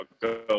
go